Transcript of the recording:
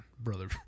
brother